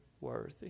worthy